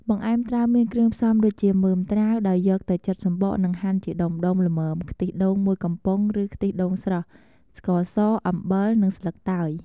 បង្អែមត្រាវមាន គ្រឿងផ្សំដូចជា មើមត្រាវ ដោយយកទៅចិតសំបកនិងហាន់ជាដុំៗល្មម ខ្ទិះដូង ១ កំប៉ុង ឬខ្ទិះដូងស្រស់ ស្ករស អំបិល និងស្លឹកតើយ។